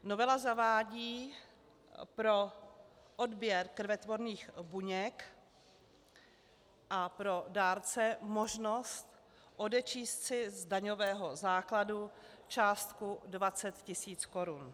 Novela zavádí pro odběr krvetvorných buněk a pro dárce možnost odečíst si z daňového základu částku 20 tisíc korun.